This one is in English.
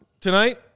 tonight